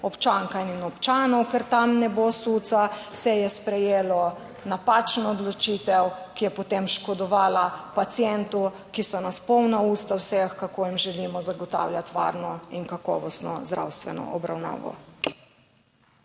občankam in občanom, ker tam ne bo Suca. Se je sprejelo napačno odločitev, ki je potem škodovala pacientu, ki so nas polna usta vseh, kako jim želimo zagotavljati varno in kakovostno zdravstveno obravnavo.